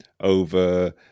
over